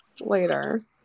later